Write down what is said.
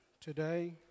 today